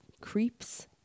creeps